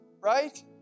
right